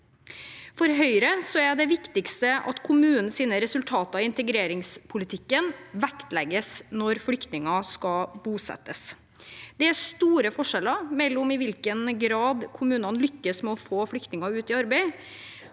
For Høyre er det viktigste at kommunens resultater i integreringspolitikken vektlegges når flyktninger skal bosettes. Det er store forskjeller på i hvilken grad kommunene lykkes med å få flyktninger ut i arbeid.